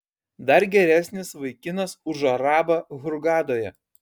dar geresnis vaikinas už arabą hurgadoje